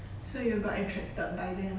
so you got attracted by them